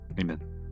Amen